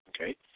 okay